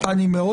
נפל.